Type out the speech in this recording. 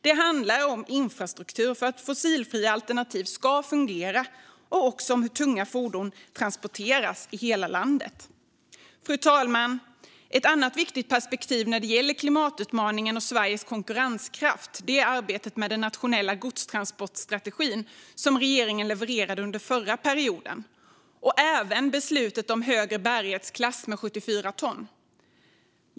Det handlar om infrastruktur för att fossilfria alternativ ska fungera och om hur tunga fordon transporteras i hela landet. Fru talman! Ett annat viktigt perspektiv när det gäller klimatutmaningen och Sveriges konkurrenskraft är arbetet med den nationella godstransportstrategin som regeringen levererade under förra perioden och även beslutet om högre bärighetsklass med 74 ton.